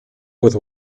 with